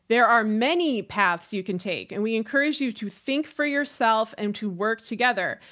there are many paths you can take and we encourage you to think for yourself and to work together.